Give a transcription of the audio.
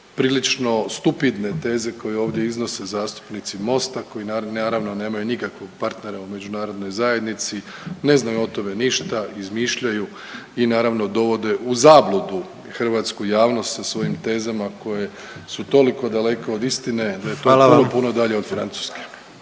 prilično stupidne teze koje ovdje iznose zastupnici Mosta koji naravno nemaju nikakvih partnera u Međunarodnoj zajednici, ne znaju o tome ništa, izmišljaju i naravno dovode u zabludu hrvatsku javnost sa svojim tezama koje su toliko daleko od istine da je to puno, puno